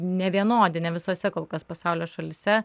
nevienodi ne visose kol kas pasaulio šalyse